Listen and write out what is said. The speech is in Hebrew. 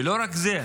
ולא רק זה,